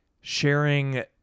sharing